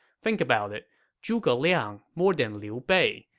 think about it zhuge liang, more than liu bei,